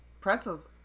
pretzels